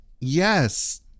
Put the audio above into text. Yes